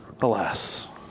alas